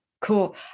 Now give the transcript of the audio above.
cool